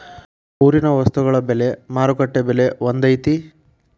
ಊರಿನ ವಸ್ತುಗಳ ಬೆಲೆ ಮಾರುಕಟ್ಟೆ ಬೆಲೆ ಒಂದ್ ಐತಿ?